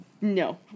no